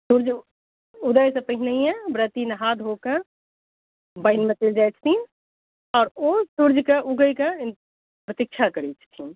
सूर्य उदयसँ पहिनहि व्रती नहा धोकऽ पानिमे चलि जाइ छथिन आओर ओ सूर्यके उगैके प्रतीक्षा करै छथिन